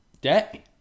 day